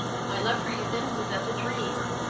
my love for you then was as a dream,